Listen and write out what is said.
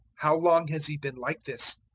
how long has he been like this?